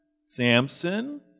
Samson